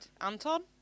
Anton